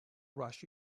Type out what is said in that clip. rush